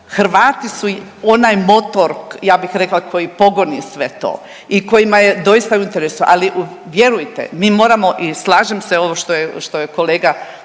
Hrvati su onaj motor ja bih rekla koji pogoni sve to i kojima je doista u interesu. Ali vjerujte mi moramo i slažem se ovo što je kolega